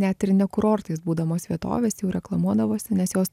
net ir ne kurortais būdamos vietovės jau reklamuodavosi nes jos